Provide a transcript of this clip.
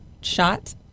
shot